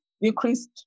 increased